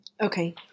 Okay